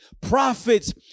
prophets